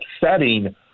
setting